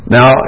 Now